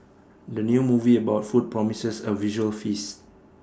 the new movie about food promises A visual feast